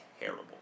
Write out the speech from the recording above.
terrible